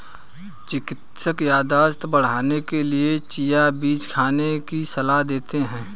चिकित्सक याददाश्त बढ़ाने के लिए चिया बीज खाने की सलाह देते हैं